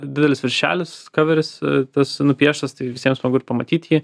didelis viršelis kaveris tas nupieštas tai visiems smagu ir pamatyt jį